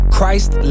Christ